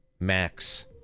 Max